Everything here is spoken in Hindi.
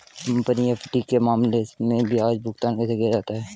कंपनी एफ.डी के मामले में ब्याज भुगतान कैसे किया जाता है?